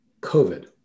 COVID